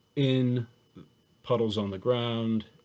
in puddles on the ground.